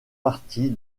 partie